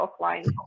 offline